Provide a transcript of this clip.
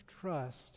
trust